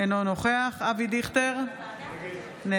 אינו נוכח אבי דיכטר, נגד